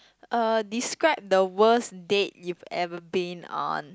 uh describe the worst date you've ever been on